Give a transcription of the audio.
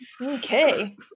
Okay